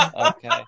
Okay